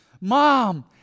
Mom